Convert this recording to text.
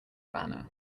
banner